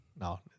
No